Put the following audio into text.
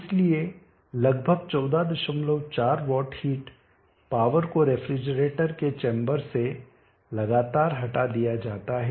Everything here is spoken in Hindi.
इसलिए लगभग 144 वाट हिट पावर को रेफ्रिजरेटर के चैंबर से लगातार हटा दिया जाता है